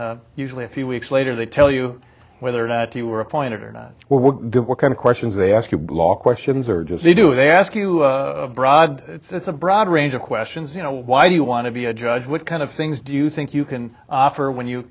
then usually a few weeks later they tell you whether or not you were appointed or not what kind of questions they ask you a lot questions are just they do they ask you broad it's a broad range of questions you know why do you want to be a judge what kind of things do you think you can offer when you